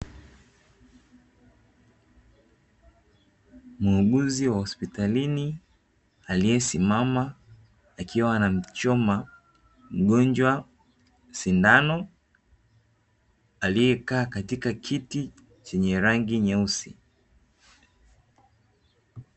Muuguzi wa hospitalini aliyesimama, akiwa anamchoma mgonjwa sindano aliyekaa katika kiti chenye rangi nyeusi.